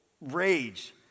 rage